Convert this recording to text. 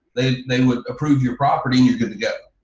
they they would approve your property and you're good to go